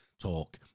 talk